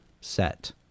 set